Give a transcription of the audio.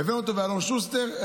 ואלון שוסטר.